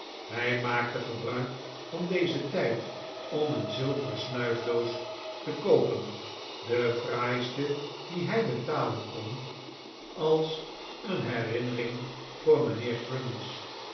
hij maakte gebruik van dezen tijd om een zilveren snuifdoos te koopen de fraaiste die hij betalen kon als een herinnering voor mijnheer